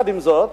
עם זאת,